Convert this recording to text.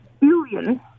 billion